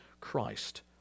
Christ